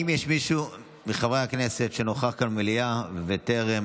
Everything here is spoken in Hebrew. האם יש מישהו מחברי הכנסת שנוכח במליאה וטרם